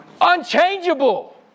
Unchangeable